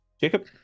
Jacob